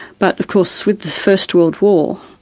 but of course with the first world war,